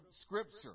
Scripture